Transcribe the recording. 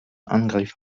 angriff